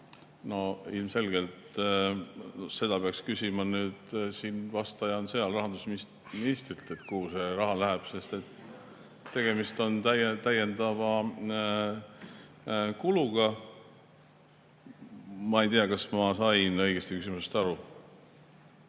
Ilmselgelt seda peaks küsima – vastaja on seal – rahandusministrilt, kuhu see raha läheb, sest tegemist on täiendava kuluga. Ma ei tea, kas ma sain õigesti küsimusest aru.